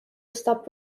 stop